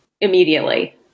immediately